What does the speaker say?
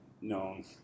known